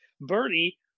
Bernie